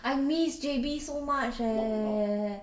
I miss J_B so much eh